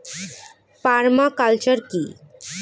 Parma culture কি?